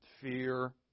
Fear